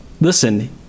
listen